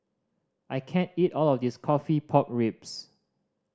I can't eat all of this coffee pork ribs